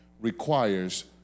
requires